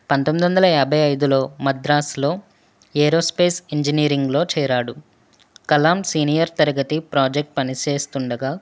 పంతొమ్మిది వందల యాభై ఐదులో మద్రాసులో ఏరోస్పేస్ ఇంజనీరింగులో చేరాడు కలామ్ సీనియర్ తరగతి ప్రాజెక్ట్ పనిచేస్తుండగా